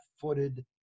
footed